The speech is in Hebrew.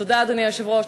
תודה, אדוני היושב-ראש.